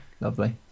lovely